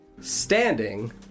Standing